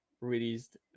released